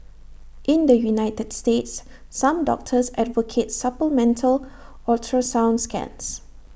in the united states some doctors advocate supplemental ultrasound scans